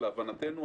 להבנתנו,